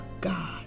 God